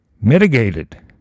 mitigated